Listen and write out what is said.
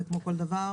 זה כמו כל דבר,